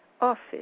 office